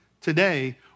today